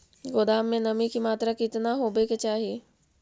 गोदाम मे नमी की मात्रा कितना होबे के चाही?